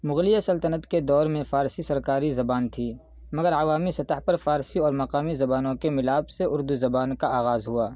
مغلیہ سلطنت کے دور میں فارسی سرکاری زبان تھی مگر عوامی سطح پر فارسی اور مقامی زبانوں کے ملاپ سے اردو زبان کا آغاز ہوا